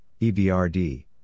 EBRD